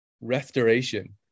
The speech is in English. restoration